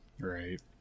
right